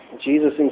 Jesus